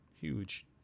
Huge